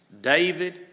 David